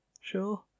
sure